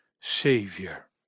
savior